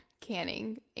canning